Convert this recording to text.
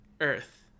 Earth